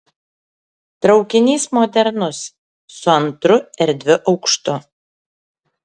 traukinys modernus su antru erdviu aukštu